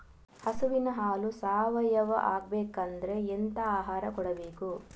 ಹಸುವಿನ ಹಾಲು ಸಾವಯಾವ ಆಗ್ಬೇಕಾದ್ರೆ ಎಂತ ಆಹಾರ ಕೊಡಬೇಕು?